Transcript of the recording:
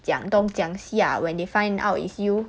讲东讲西 ah when they find out is you